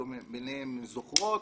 ביניהם: זוכרות,